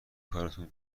کارتون